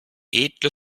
edle